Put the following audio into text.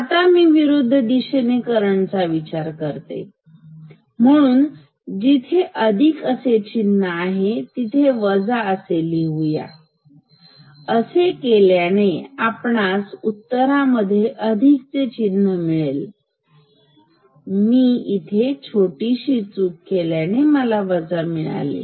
आता मी विरुद्ध दिशेने करंट चा विचार करते म्हणून जिथे अधिक आहे तिथे वजा आहे लिहूया अशी केल्याने आपणास उत्तरामध्ये अधिक चे चिन्ह मिळेल बरोबर मी इथे छोटीशी चूक केल्याने मला वजा चिन्ह मिळाले